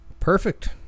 Perfect